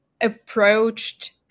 approached